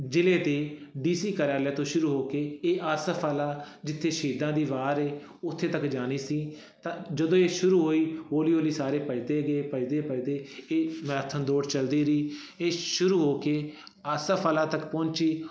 ਜ਼ਿਲ੍ਹੇ ਦੇ D C ਕਾਰਆਲਿਆ ਤੋਂ ਸ਼ੁਰੂ ਹੋ ਕੇ ਇਹ ਆਸਫ ਵਾਲਾ ਜਿੱਥੇ ਸ਼ਹੀਦਾਂ ਦੀ ਵਾਰ ਹੈ ਉੱਥੇ ਤੱਕ ਜਾਣੀ ਸੀ ਤਾਂ ਜਦੋਂ ਇਹ ਸ਼ੁਰੂ ਹੋਈ ਹੌਲੀ ਹੌਲੀ ਸਾਰੇ ਭੱਜਦੇ ਗਏ ਭੱਜਦੇ ਭੱਜਦੇ ਇਹ ਮੈਰਾਥਨ ਦੌੜ ਚਲਦੀ ਰਹੀ ਇਹ ਸ਼ੁਰੂ ਹੋ ਕੇ ਆਸਫ ਵਾਲਾ ਤੱਕ ਪਹੁੰਚੀ